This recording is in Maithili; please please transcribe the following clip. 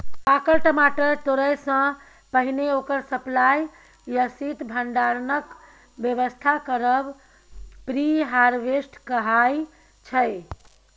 पाकल टमाटर तोरयसँ पहिने ओकर सप्लाई या शीत भंडारणक बेबस्था करब प्री हारवेस्ट कहाइ छै